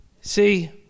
See